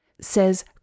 says